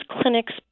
clinics